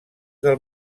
del